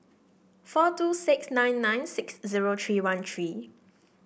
four two six nine nine six zero three one three